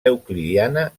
euclidiana